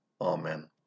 Amen